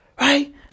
right